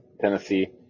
Tennessee